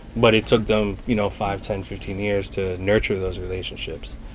but it took them, you know, five, ten, fifteen years to nurture those relationships,